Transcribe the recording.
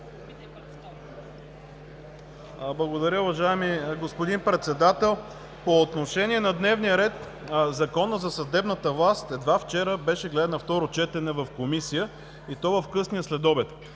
Благодаря. Уважаеми господин Председател, по отношение на дневния ред, Законът за съдебната власт едва вчера беше гледан на второ четене в Комисия, и то в късния следобед.